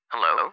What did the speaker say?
Hello